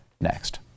next